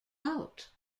out